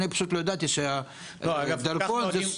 אני פשוט לא ידעתי שדרכון --- לא,